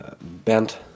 bent